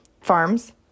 farms